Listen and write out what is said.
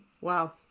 Wow